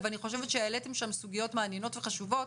אני חושבת שהעליתם שם סוגיות מעניינות וחשובות